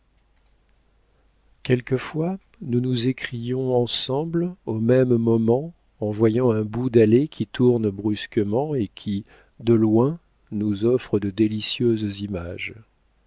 quelquefois nous nous écrions ensemble au même moment en voyant un bout d'allée qui tourne brusquement et qui de loin nous offre de délicieuses images